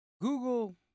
Google